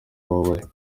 ababaye